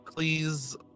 Please